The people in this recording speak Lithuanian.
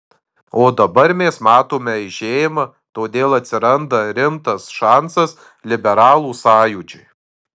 o dabar mes matome eižėjimą todėl atsiranda rimtas šansas liberalų sąjūdžiui